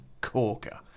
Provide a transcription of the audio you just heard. corker